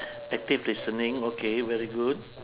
active listening okay very good